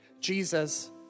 Jesus